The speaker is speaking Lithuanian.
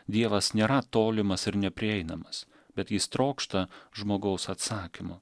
dievas nėra tolimas ir neprieinamas bet jis trokšta žmogaus atsakymo